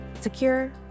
Secure